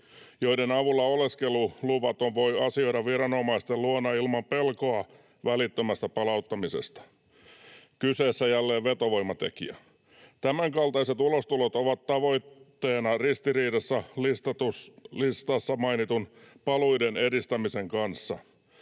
joiden avulla oleskeluluvaton voi asioida viranomaisten luona ilman pelkoa välittömästä palauttamisesta. Kyseessä on jälleen vetovoimatekijä. Tämänkaltaiset ulostulot ovat tavoitteina ristiriidassa listassa mainitun paluiden edistämisen kanssa.